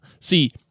see